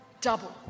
double